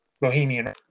Bohemian